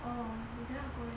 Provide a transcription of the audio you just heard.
oh you cannot go